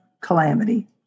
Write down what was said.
calamity